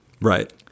right